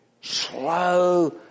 Slow